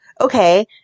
okay